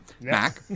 Mac